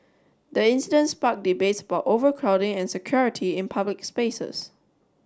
the incident sparked debates about overcrowding and security in public spaces